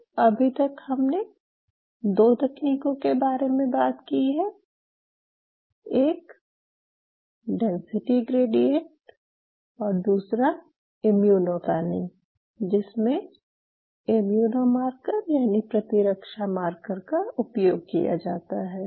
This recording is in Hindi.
तो अभी तक हमने दो तकनीकों के बारे में बात की है एक डेंसिटी ग्रेडिएंट और दूसरा इम्यूनो पैनिंग जिसमें इम्यून मार्कर यानि प्रतिरक्षा मार्कर का उपयोग किया जाता है